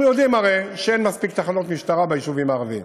אנחנו יודעים הרי שאין מספיק תחנות משטרה ביישובים הערביים.